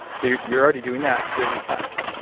so you're you're already doing that. here's the test.